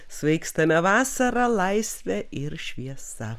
svaigstame vasara laisve ir šviesa